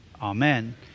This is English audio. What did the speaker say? Amen